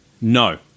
No